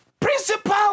Principal